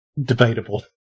Debatable